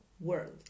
world